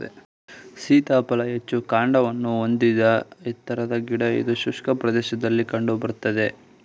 ಸೀತಾಫಲ ಹೆಚ್ಚು ಕಾಂಡವನ್ನು ಹೊಂದಿದ ಎತ್ತರದ ಗಿಡ ಇದು ಶುಷ್ಕ ಪ್ರದೇಶದಲ್ಲಿ ಕಂಡು ಬರ್ತದೆ